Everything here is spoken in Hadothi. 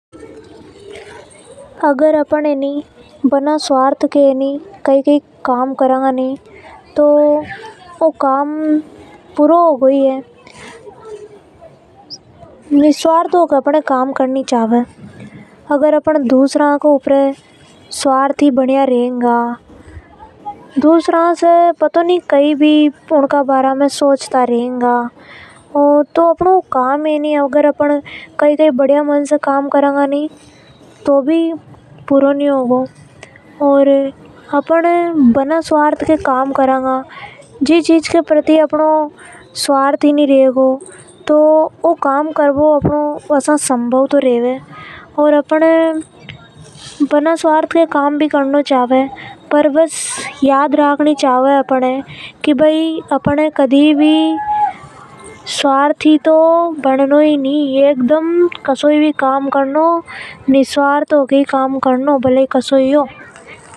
अगर अपन बिना स्वार्थ के कई कई काम करेगा तो ऊ काम पूरा होवेगा ही है। अपन न निस्वार्थ भाव से काम करनी चाव अगर अपन स्वार्थी बनिया रेवे गा तो अपनो कई भी काम पूरा नि होगा। अपन न स्वार्थी तो कदी बन्नो ही नि। जो भी काम करा सब अच्छा मन से करना चाहे है। क्योंकि अच्छा मन से काम नि करेगा तो अपना मन में कई न कई तो चलतों ही रेवे गो। ई वजह से अपन ये बिना स्वार्थ के काम करनी चाहिए।